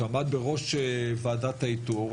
שעמד בראש ועדת האיתור.